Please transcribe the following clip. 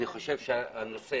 אני חושב שהנושא,